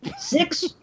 Six